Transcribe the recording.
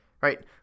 right